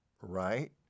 Right